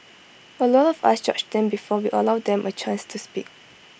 A lot of us judge them before we allow them A chance to speak